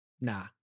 Nah